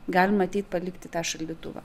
galima ateit palikt į tą šaldytuvą